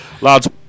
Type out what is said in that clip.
Lads